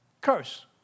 Curse